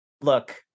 look